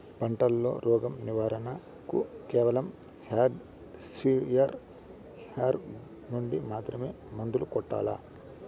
పంట లో, రోగం నివారణ కు కేవలం హ్యాండ్ స్ప్రేయార్ యార్ నుండి మాత్రమే మందులు కొట్టల్లా?